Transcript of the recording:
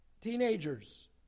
teenagers